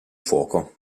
fuoco